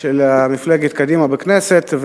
של מפלגת קדימה בכנסת,